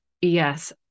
yes